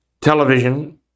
Television